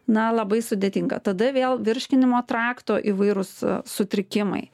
na labai sudėtinga tada vėl virškinimo trakto įvairūs sutrikimai